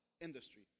industry